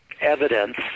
evidence